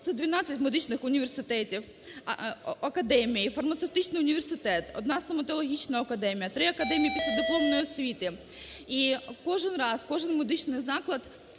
Це 12 медичних університетів, академій, фармацевтичний університет, одна стоматологічна академія, три академії післядипломної освіти. І кожен раз, кожен медичний заклад,